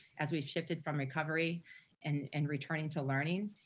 as we shifted from recovery and and returning to learning,